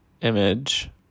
image